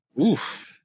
Oof